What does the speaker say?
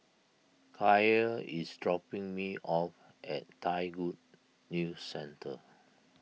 Kaia is dropping me off at Thai Good News Centre